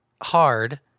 hard